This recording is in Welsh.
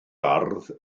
ardd